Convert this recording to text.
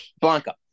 Blanca